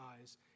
eyes